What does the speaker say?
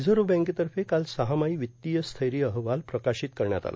reserve बँकेतर्फे काल सहामाही वित्तीय स्थैर्य अहवाल प्रकाशित करण्यात आला